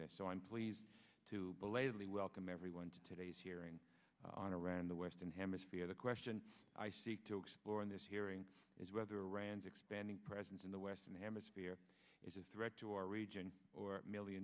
this so i'm pleased to belatedly welcome everyone to today's hearing on iran the western hemisphere the question i seek to explore in this hearing is whether rand's expanding presence in the western hemisphere is a threat to our region or m